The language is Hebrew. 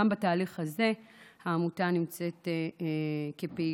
גם בתהליך הזה העמותה נמצאת כפעילה.